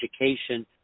education